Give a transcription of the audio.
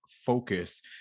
focus